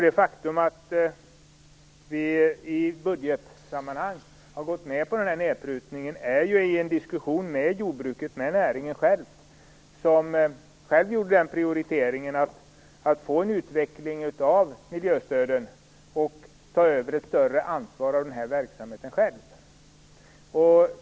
Det faktum att vi i budgetsammanhang har gått med på den här nedprutningen beror på att det har skett en diskussion med jordbruket, med näringen själv, som gjorde den prioriteringen att man ville få en utveckling av miljöstöden och själv ta över ett större ansvar för verksamheten.